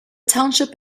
township